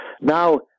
Now